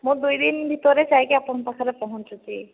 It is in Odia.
ମୁଁ ଦୁଇଦିନ୍ ଭିତରେ ଯାଇକି ଆପଣଙ୍କ ପାଖରେ ପହଁଞ୍ଚୁଛି